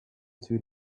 too